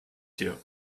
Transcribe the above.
dir